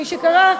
מי שקרא,